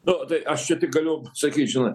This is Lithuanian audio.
nu tai aš čia tik galiu sakyt žinai